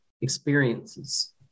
experiences